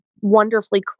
wonderfully